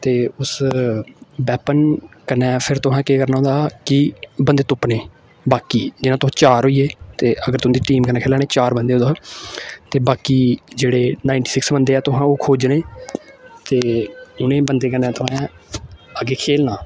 ते उस बैपन कन्नै फिर तुसें केह् करना होंदा कि बंदे तुप्पने बाकी जियां तुस चार होइे गे ते अगर तुंदी टीम कन्नै खेलै ने चार बंदे तुस ते बाकी जेह्ड़े नाइनटी सिक्स बंदे ऐ तुसें ओह् खोजने ते उ'नें बंदे कन्नै तुसें अग्गें खेलना